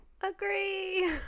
Agree